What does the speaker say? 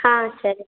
ಹಾಂ ಸರಿ